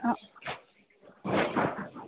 অঁ